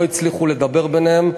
ולא הצליחו לדבר ביניהם.